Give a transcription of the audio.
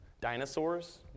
Dinosaurs